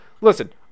Listen